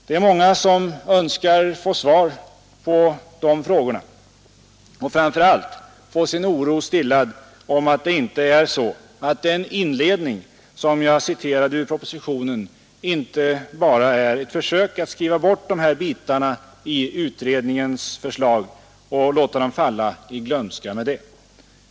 Det är många som önskar få svar på de här frågorna och framför allt få sin oro stillad att det inte är så att den inledning som jag citerade ur propositionen bara är ett försök att skriva bort de här bitarna i utredningens förslag och låta dem falla i glömska med det.